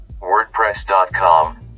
WordPress.com